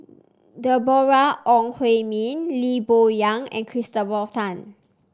Deborah Ong Hui Min Lee Boon Yang and Christopher Tan